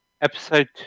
episode